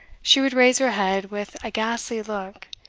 she would raise her head with a ghastly look,